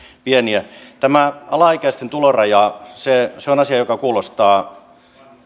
pieniä tämä alaikäisten tuloraja on asia joka kuulostaa